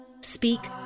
Speak